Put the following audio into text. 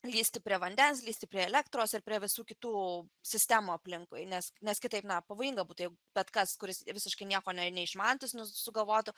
lįsti prie vandens lįsti prie elektros ir prie visų kitų sistemų aplinkui nes nes kitaip na pavojinga būtų bet kas kuris visiškai nieko neišmanantis sugalvotų